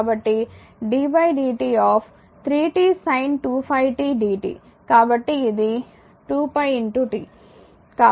కాబట్టి d dt 3 t sin 2ϕt dt కాబట్టి ఇది 2πt